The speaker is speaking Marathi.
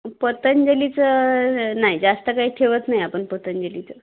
पतंजलीचं नाही जास्त काही ठेवत नाही आपण पतंजलीचं